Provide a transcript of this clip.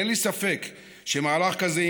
אין לי ספק שמהלך כזה,